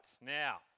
now